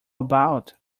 about